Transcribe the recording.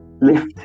lift